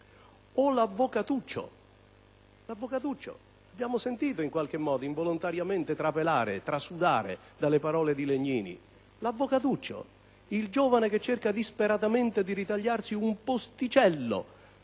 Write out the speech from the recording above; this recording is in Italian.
- l'avvocatone o l'avvocatuccio. Abbiamo sentito - in qualche modo involontariamente - trapelare e trasudare dalle parole del senatore Legnini l'avvocatuccio, il giovane che cerca disperatamente di ritagliarsi un posticello